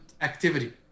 activity